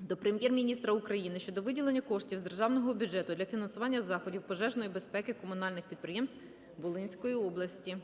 до Прем'єр-міністра України щодо виділення коштів з державного бюджету для фінансування заходів пожежної безпеки комунальних підприємств Волинської області.